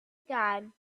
began